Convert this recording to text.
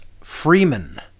Freeman